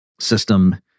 system